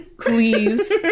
Please